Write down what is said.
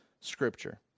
Scripture